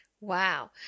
Wow